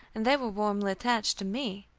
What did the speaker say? and they were warmly attached to me.